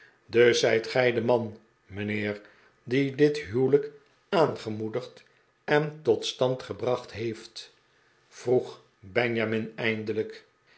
dus zijt gij de man mijnheer die dit huwelijk aangemoedigd en tot stand gebracht hebt vroeg benjamin eindelijk